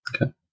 Okay